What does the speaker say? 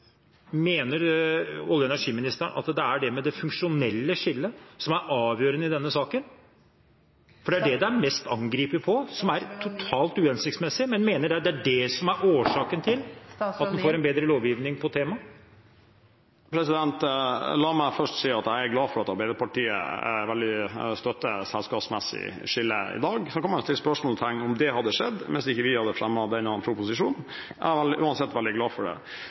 mener olje- og energiministeren at det er det med det funksjonelle skillet som er avgjørende i denne saken, for det er det kommer mest angrep på, som er totalt uhensiktsmessig. Mener han at det er det som er årsaken til at en får en bedre lovgivning på temaet? La meg først si at jeg er glad for at Arbeiderpartiet støtter selskapsmessig skille i dag. Så kan man jo stille spørsmål ved om det hadde skjedd hvis ikke vi hadde fremmet denne proposisjonen. Jeg er uansett veldig glad for det.